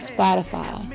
Spotify